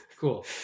Cool